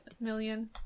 million